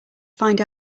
find